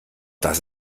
das